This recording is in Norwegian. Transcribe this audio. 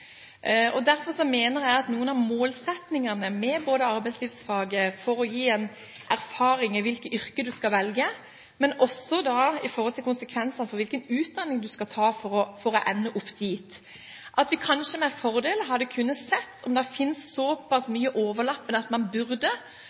Derfor mener jeg at noe av målsettingen er både å gi en erfaring i hvilket yrke du skal velge og konsekvenser for hvilken utdanning du skal ta for å ende opp der, og at vi kanskje med fordel hadde kunnet se om det finnes såpass mye overlapping at man